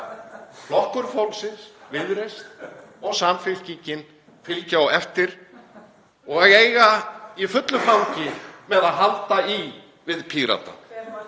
Flokkur fólksins, Viðreisn og Samfylkingin fylgja á eftir og eiga í fullu fangi með að halda í við Pírata.